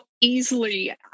easily